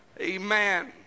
Amen